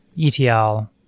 ETL